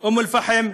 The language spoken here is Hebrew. אום-אלפחם,